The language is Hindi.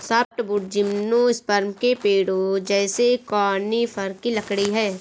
सॉफ्टवुड जिम्नोस्पर्म के पेड़ों जैसे कॉनिफ़र की लकड़ी है